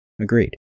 Agreed